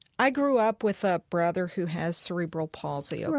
i grew up with a brother who has cerebral palsy, ok?